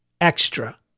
extra